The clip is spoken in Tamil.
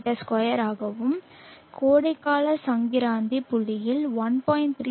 41kW m2 ஆகவும் கோடைகால சங்கிராந்தி புள்ளியில் 1